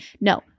No